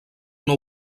una